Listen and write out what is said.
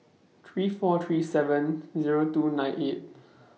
three four three seven Zero two nine eight